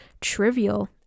trivial